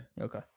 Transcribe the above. Okay